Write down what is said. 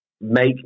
make